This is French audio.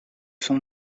son